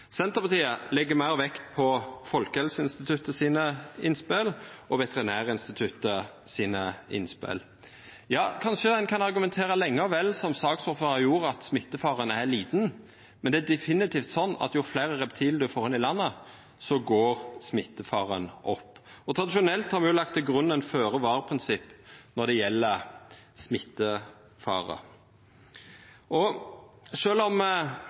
Senterpartiet legg meir vekt på innspela frå Folkehelseinstituttet og Veterinærinstituttet. Ja, kanskje ein kan argumentera lenge og vel, som saksordføraren gjorde, for at smittefaren er liten, men det er definitivt slik at med fleire reptil inn i landet går smittefaren opp. Tradisjonelt har me lagt til grunn eit føre-var-prinsipp når det gjeld smittefare. Og sjølv om